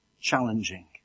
challenging